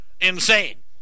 insane